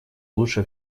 лучше